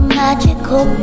magical